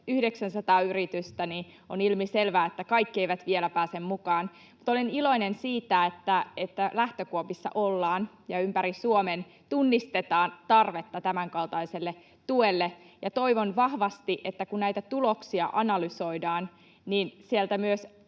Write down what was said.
900 yritystä, on ilmiselvää, että kaikki eivät vielä pääse mukaan. Mutta olen iloinen siitä, että lähtökuopissa ollaan ja ympäri Suomen tunnistetaan tarve tämänkaltaiselle tuelle. Toivon vahvasti, että kun näitä tuloksia analysoidaan, niin sieltä myös